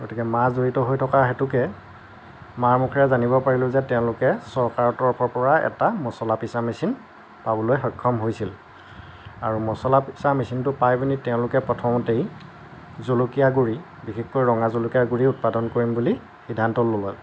গতিকে মা জড়িত হৈ থকা হেতুকে মাৰ মুখেৰে জানিব পাৰিলোঁ যে তেওঁলোকে চৰকাৰৰ তৰফৰ পৰা এটা মছলা পিছা মেচিন পাবলৈ সক্ষম হৈছিল আৰু মছলা পিছা মেচিনটো পাইপিনি তেওঁলোকে প্ৰথমতেই জলকীয়া গুড়ি বিশেষকৈ ৰঙা জলকীয়াৰ গুড়ি উৎপাদন কৰিম বুলি সিদ্ধান্ত ল'লে